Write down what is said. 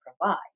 provide